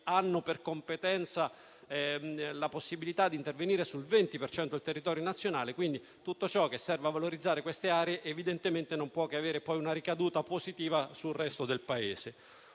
hanno per competenza la possibilità di intervenire sul 20 per cento del territorio nazionale. Quindi, tutto ciò che serve a valorizzare queste aree evidentemente non può che avere una ricaduta positiva sul resto del Paese.